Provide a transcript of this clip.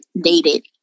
dated